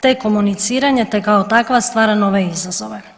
te komuniciranje, te kao takva stvara nove izazove.